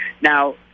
Now